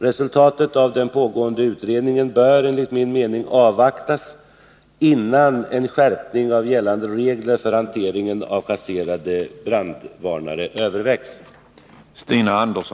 Resultatet av den pågående utredningen bör, enligt min mening, avvaktas, innan en skärpning av gällande regler för hanteringen av kasserade brandvarnare övervägs.